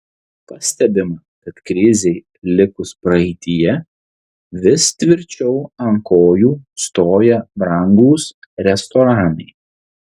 pastebima kad krizei likus praeityje vis tvirčiau ant kojų stoja brangūs restoranai